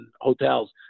hotels